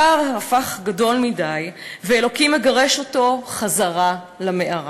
הפער הפך גדול מדי, ואלוקים מגרש אותו חזרה למערה.